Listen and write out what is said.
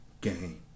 game